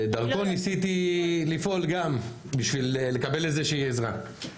דרכו ניסיתי לפעול גם, בשביל לקבל איזושהי עזרה.